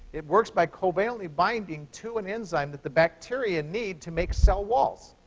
it works by covalently binding to an enzyme that the bacteria need to make cell walls.